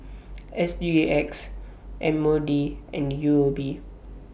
S G X M O D and U O B